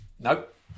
Nope